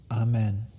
Amen